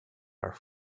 are